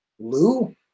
Lou